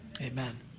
amen